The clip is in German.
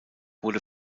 wurde